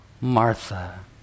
Martha